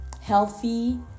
healthy